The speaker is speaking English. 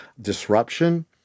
disruption